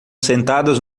sentadas